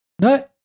No